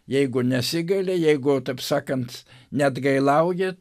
jeigu nesigaili jeigu taip sakant neatgailauji